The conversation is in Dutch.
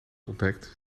ontdekt